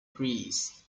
grease